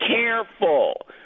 careful